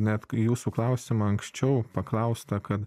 net k į jūsų klausimą anksčiau paklaustą kad